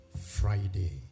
Friday